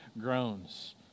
groans